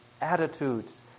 attitudes